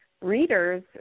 readers